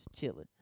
chilling